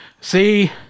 See